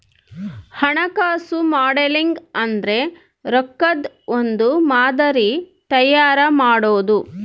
ಹಣಕಾಸು ಮಾಡೆಲಿಂಗ್ ಅಂದ್ರೆ ರೊಕ್ಕದ್ ಒಂದ್ ಮಾದರಿ ತಯಾರ ಮಾಡೋದು